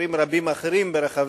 לשאול: